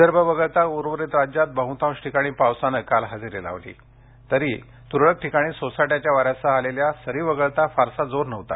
विदर्भ वगळता उर्वरित राज्यात बह्तांश ठिकाणी पावसानं काल हजेरी लावली असली तरी तुरळक ठिकाणी सोसाट्याच्या वाऱ्यासह आलेल्या सरी वगळता फारसा जोर नव्हता